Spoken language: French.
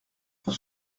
pour